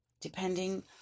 depending